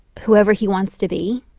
whoever he wants to be.